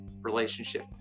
relationship